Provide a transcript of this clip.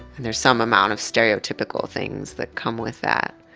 and there's some amount of stereotypical things that come with that.